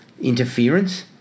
interference